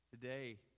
Today